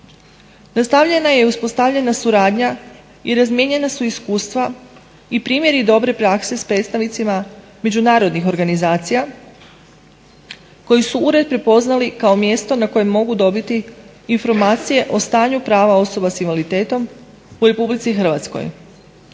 Predstavljena je i uspostavljena suradnja i razmijenjena su iskustva i primjeri dobre prakse sa predstavnicima međunarodnih organizacija koji su ured prepoznali kao mjesto na kojem mogu dobiti informacije o stanju prava osoba sa invaliditetom u Republici Hrvatskoj.